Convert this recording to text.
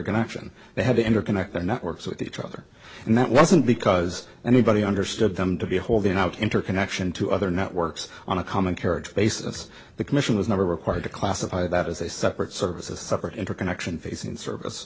connection they had to interconnect their networks with each other and that wasn't because anybody understood them to be holding out interconnection to other networks on a common carriage basis the commission was never required to classify that as a separate services separate interconnection facing service